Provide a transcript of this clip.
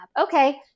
Okay